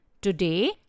Today